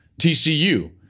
TCU